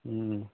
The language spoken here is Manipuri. ꯎꯝ